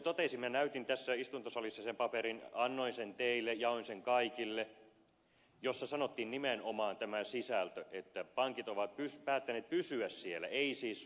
minä näytin tässä istuntosalissa sen paperin annoin sen teille jaoin sen kaikille ja siinä sanottiin nimenomaan tämä sisältö että pankit ovat päättäneet pysyä siellä ei siis sopia mistään velkajärjestelystä